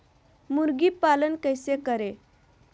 मुर्गी पालन कैसे करें?